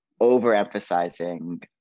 overemphasizing